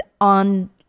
on